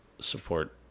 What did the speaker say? support